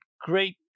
great